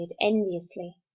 enviously